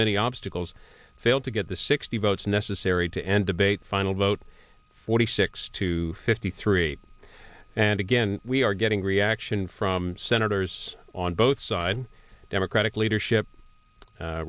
many obstacles failed to get the sixty votes necessary to end debate final vote forty six to fifty three and again we are getting reaction from senators on both sides democratic leadership